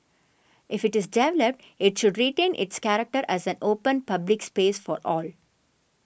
if it is developed it should retain its character as an open public space for all